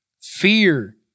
Fear